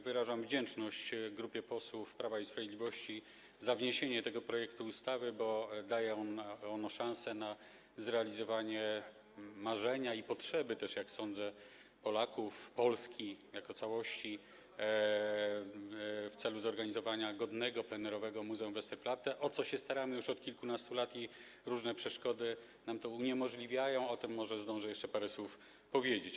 Wyrażam wdzięczność grupie posłów Prawa i Sprawiedliwości za wniesienie tego projektu ustawy, bo daje on szansę na zrealizowanie marzenia i potrzeby, jak sądzę, Polaków, Polski jako całości, w celu zorganizowania godnego plenerowego muzeum Westerplatte, o co się staramy już od kilkunastu lat i różne przeszkody nam to uniemożliwiają, o czym może zdążę jeszcze parę słów powiedzieć.